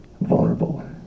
vulnerable